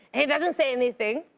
he doesn't say anything.